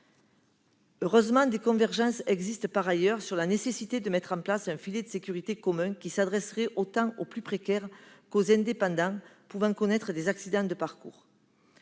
consensus. Des convergences existent par ailleurs- et c'est heureux -sur la nécessité de mettre en place un filet de sécurité commun qui s'adresserait tant aux plus précaires qu'aux indépendants pouvant connaître des accidents de parcours.